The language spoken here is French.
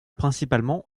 principalement